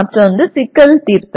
மற்றொன்று சிக்கல் தீர்த்தல்